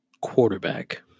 quarterback